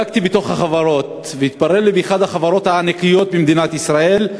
בדקתי בתוך החברות והתברר לי שבאחת החברות הענקיות במדינת ישראל,